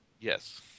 Yes